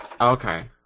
Okay